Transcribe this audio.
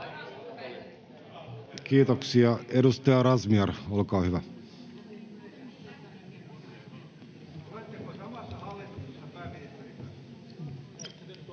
Kiitoksia. — Edustaja Razmyar, olkaa hyvä.